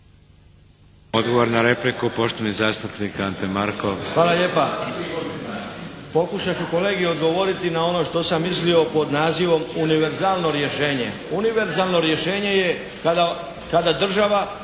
Odgovor na repliku, poštovani zastupnik Ante Markov.